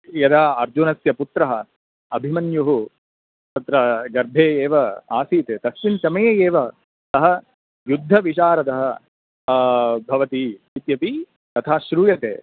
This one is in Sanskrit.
यदा अर्जुनस्य पुत्रः अभिमन्युः तत्र गर्भे एव आसीत् तस्मिन् समये एव सः युद्धविशारद् भवति इत्यपि तथा श्रूयते